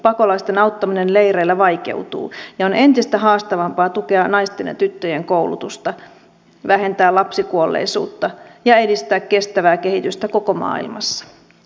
pakolaisten auttaminen leireillä vaikeutuu ja on entistä haastavampaa tukea naisten ja tyttöjen koulutusta vähentää lapsikuolleisuutta ja edistää kestävää kehitystä koko maailmassa